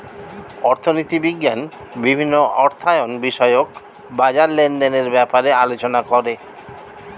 অর্থনীতি বিজ্ঞান বিভিন্ন অর্থায়ন বিষয়ক বাজার লেনদেনের ব্যাপারে আলোচনা করে